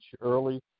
early